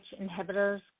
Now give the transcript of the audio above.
inhibitors